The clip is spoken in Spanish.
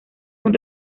son